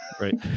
Right